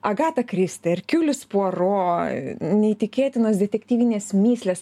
agata kristi erkiulis puaro neįtikėtinos detektyvinės mįslės